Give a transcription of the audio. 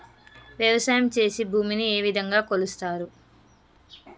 వ్యవసాయం చేసి భూమిని ఏ విధంగా కొలుస్తారు?